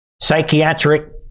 psychiatric